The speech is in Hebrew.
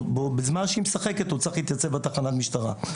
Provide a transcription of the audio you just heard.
בזמן שהיא משחקת הוא צריך להתייצב בתחנת משטרה.